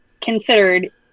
considered